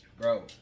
Bro